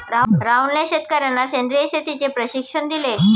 राहुलने शेतकर्यांना सेंद्रिय शेतीचे प्रशिक्षण दिले